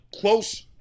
close